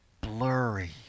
blurry